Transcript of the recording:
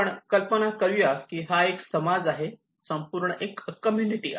आपण कल्पना करूया की हा एक समाज आहे संपूर्णपणे एक कम्युनिटी आहे